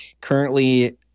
Currently